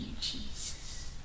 Jesus